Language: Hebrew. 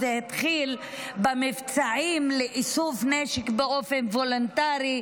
זה התחיל במבצעים לאיסוף נשק באופן וולונטרי,